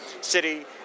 City